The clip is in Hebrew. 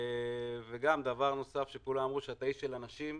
וגם איש של אנשים,